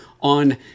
on